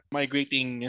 migrating